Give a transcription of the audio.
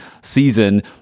season